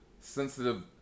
sensitive